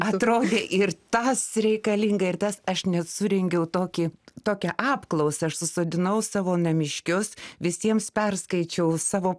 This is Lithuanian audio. atrodė ir tas reikalinga ir tas aš net surengiau tokį tokią apklausą aš susodinau savo namiškius visiems perskaičiau savo